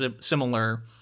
similar